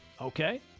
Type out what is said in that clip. Okay